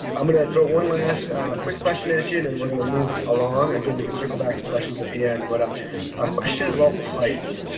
i'm going to throw one last quick question at you, and then and we're going to move along. again, we can circle back to questions at the end, but a question about pike,